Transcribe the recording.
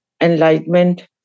enlightenment